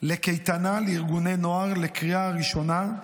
לקייטנה לארגוני נוער לקריאה הראשונה,